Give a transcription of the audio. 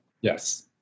yes